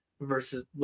versus